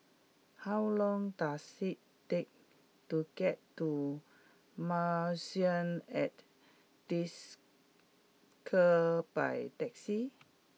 how long does it take to get to Marrison at Desker by taxi